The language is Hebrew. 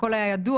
הכל היה ידוע.